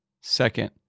Second